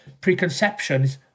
preconceptions